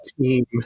team